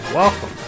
Welcome